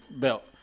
belt